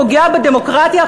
פוגע בדמוקרטיה?